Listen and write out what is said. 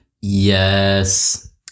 Yes